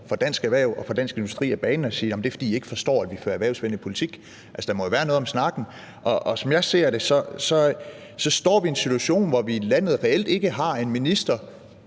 fra Dansk Erhverv og fra Dansk Industri af banen og sige, at det er, fordi de ikke forstår, at man fører en erhvervsvenlig politik. Altså, der må jo være noget om snakken, og som jeg ser det, står vi i en situation, hvor vi i landet reelt ikke har en minister,